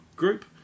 group